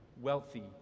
wealthy